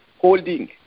holding